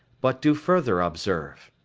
but do further observe.